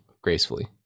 gracefully